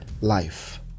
life